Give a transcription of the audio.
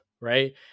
right